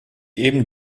eben